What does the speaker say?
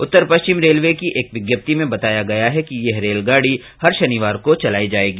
उत्तर पश्चिम रेलवे की एक विज्ञप्ति में बताया गया है कि यह रेलगाडी हर शनिवार को चलाई जायेगी